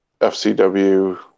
FCW